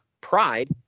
Pride